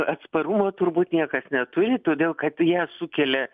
atsparumo turbūt niekas neturi todėl kad ją sukelia